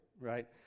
right